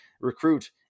recruit